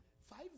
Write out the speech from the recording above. Five